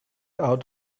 out